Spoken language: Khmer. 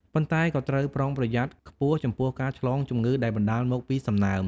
ប៉ុន្តែក៏ត្រូវប្រុងប្រយ័ត្នខ្ពស់ចំពោះការឆ្លងជំងឺដែលបណ្តាលមកពីសំណើម។